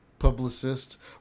publicist